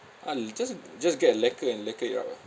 ah you just just get a lacquer and lacquer it up ah